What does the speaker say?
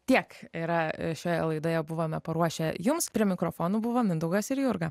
tiek yra šioje laidoje buvome paruošę jums prie mikrofonų buvo mindaugas ir jurga